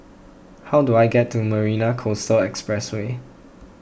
how do I get to Marina Coastal Expressway